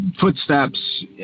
footsteps